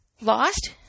Lost